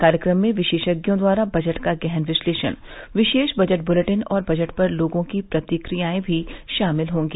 कार्यक्रम में विशेषज्ञों द्वारा बजट का गहन विश्लेषण विशेष बजट ब्लेटिन और बजट पर लोगों की प्रतिक्रियाएं भी शामिल होंगी